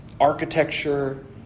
Architecture